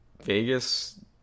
Vegas